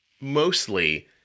mostly